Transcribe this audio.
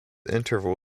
interval